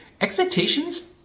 expectations